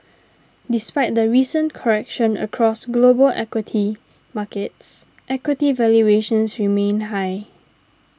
despite the recent correction across global equity markets equity valuations remain high